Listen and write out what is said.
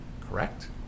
Correct